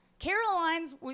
Caroline's